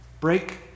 break